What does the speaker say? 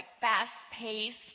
fast-paced